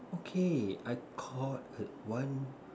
okay I caught uh one